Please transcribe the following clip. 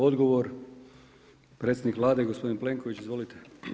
Odgovor predsjednik Vlade gospodin Plenković, izvolite.